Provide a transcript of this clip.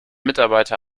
mitarbeiter